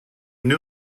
new